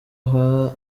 aha